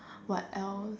what else